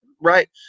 right